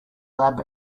lab